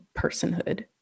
personhood